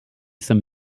some